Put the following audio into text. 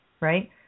right